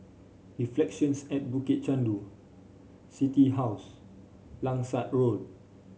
Reflections at Bukit Chandu City House Langsat Road